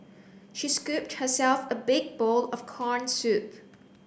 she scooped herself a big bowl of corn soup